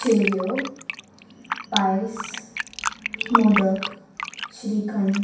शेव्यो पायस मोदक श्रीखंड